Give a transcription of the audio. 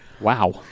Wow